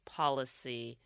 policy